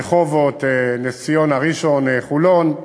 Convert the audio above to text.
רחובות, נס-ציונה, ראשון, חולון,